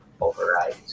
override